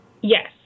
Yes